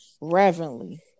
reverently